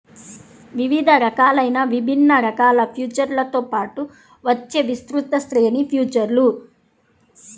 వివిధ రకాలైన విభిన్న రకాల ఫీచర్లతో పాటు వచ్చే విస్తృత శ్రేణి ఫీచర్లు